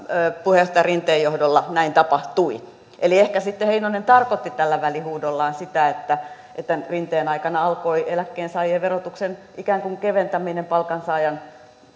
puheenjohtaja rinteen johdolla näin tapahtui eli ehkä sitten heinonen tarkoitti tällä välihuudollaan sitä että rinteen aikana alkoi eläkkeensaajien verotuksen ikään kuin keventäminen